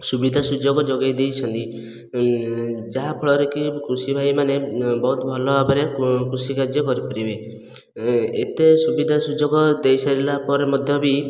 ସୁବିଧା ସୁଯୋଗ ଯୋଗାଇଦେଇଛନ୍ତି ଯାହା ଫଳରେ କି କୃଷି ଭାଇ ମାନେ ବହୁତ ଭଲ ଭାବରେ କୃଷି କାର୍ଯ୍ୟ କରିପାରିବେ ଏତେ ସୁବିଧା ସୁଯୋଗ ଦେଇ ସାରିଲା ପରେ ମଧ୍ୟ ବି